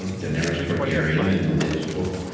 so daenerys targaryen, in the latest book,